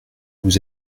vous